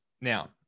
Now